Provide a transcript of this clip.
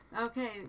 Okay